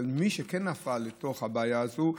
אבל מי שכן נפל לתוך הבעיה הזאת,